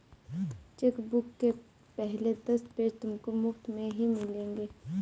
chequebook के पहले दस पेज तुमको मुफ़्त में ही मिलेंगे